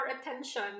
attention